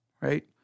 right